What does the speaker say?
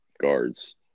guards